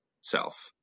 self